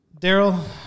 Daryl